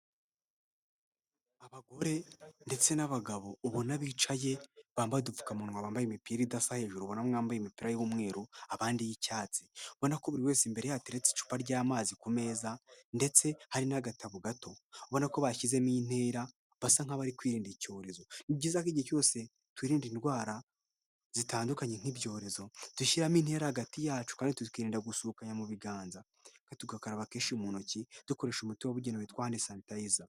Abagore ndetse n'abagabo ubona bicaye bambaye udupfukamunwa bambaye imipira idasa hejuru ubona mwambaye imipira y'umweru abandi y'icyatsi ubona ko buri wese imbere yateretse icupa ry'amazi ku meza ndetse hari n'agatabo gato ubona ko bashyizemo intera basa nk'abari kwirinda icyorezo ,ni byiza ko igihe cyose twirinde indwara zitandukanye nk'ibyorezo dushyiramo intera hagati yacu kandi tukirinda gusuhuzanya mu biganza kandi tugakaraba keshi mu ntoki dukoresha umuti w'ubugenewe witwa Handi sanitayiza.